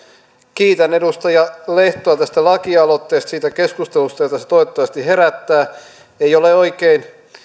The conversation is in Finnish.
kiitän edustaja lehtoa tästä lakialoitteesta ja siitä keskustelusta jota se toivottavasti herättää ei ole oikein